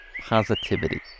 positivity